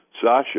Sasha